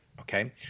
Okay